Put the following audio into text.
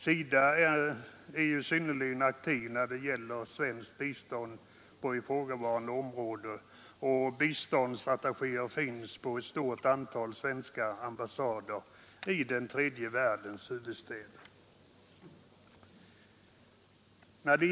SIDA är synnerligen aktivt när det gäller svenskt bistånd på ifrågavarande områden, och biståndsattachéer finns på ett stort antal svenska ambassader i tredje världens huvudstäder.